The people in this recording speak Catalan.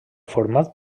format